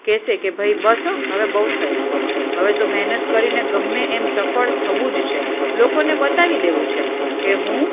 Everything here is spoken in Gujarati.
કહેશે કે ભાઈ બસ હોં હવે બહુ થઈ ગયું હવે તો મહેનત કરીને ગમે એમ સફળ થવું જ છે લોકોને બતાવી દેવું છે કે હું